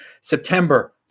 September